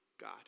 God